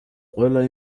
ყველა